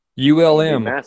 ULM